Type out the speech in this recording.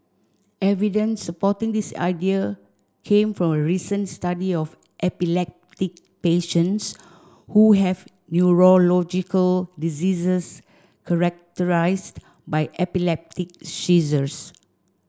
evidence supporting this idea came from a recent study of epileptic patients who have neurological diseases characterised by epileptic seizures